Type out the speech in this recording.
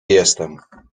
jestem